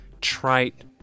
trite